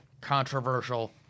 controversial